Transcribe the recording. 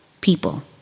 people